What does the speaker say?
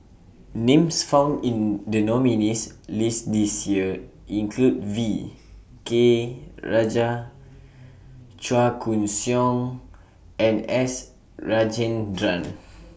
Names found in The nominees' list This Year include V K Rajah Chua Koon Siong and S Rajendran